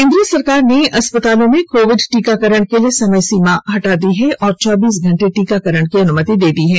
केंद्र सरकार ने अस्पतालों में कोविड टीकाकरण के लिए समय सीमा को हटा दिया है और चौबीसों घंटे टीकाकरण की अनुमति दे दी है